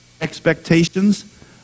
expectations